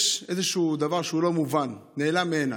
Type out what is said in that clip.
יש איזשהו דבר שהוא לא מובן, הוא נעלם מעיניי,